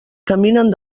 caminen